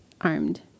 armed